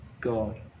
God